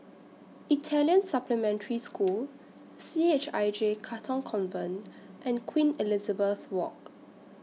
Italian Supplementary School C H I J Katong Convent and Queen Elizabeth Walk